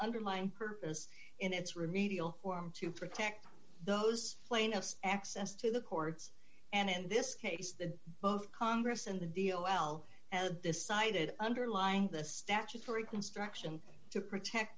underlying purpose in its remedial form to protect those plaintiffs access to the courts and in this case the both congress and the deal well decided underlying the statutory construction to protect